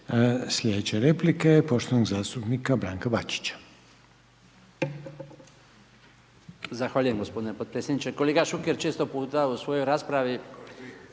Sljedeća replika je poštovanog zastupnika Branka Bačića. **Bačić, Branko (HDZ)** Zahvaljujem g. potpredsjedniče. Kolega Šuker, često puta u svojoj raspravi